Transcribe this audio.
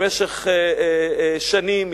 במשך שנים,